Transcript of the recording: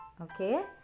Okay